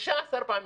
15 פעמים.